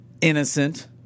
innocent